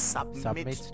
Submit